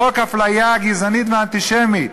חוק אפליה גזענית ואנטישמית,